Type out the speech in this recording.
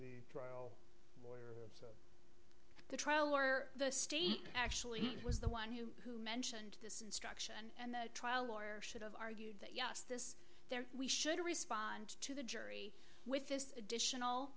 be the trial or the state actually was the one who who mentioned this instruction and the trial lawyer should have argued that yes this there we should respond to the jury with this additional